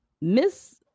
Miss